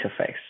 interface